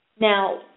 Now